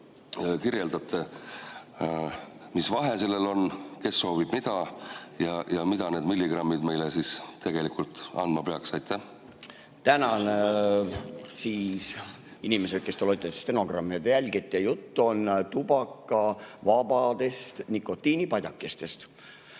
kirjeldate, mis vahe sellel on. Kes soovib mida ja mida need milligrammid meile tegelikult andma peaks? Tänan! Inimesed, kes te loete stenogrammi ja jälgite: jutt on tubakavabadest nikotiinipadjakestest.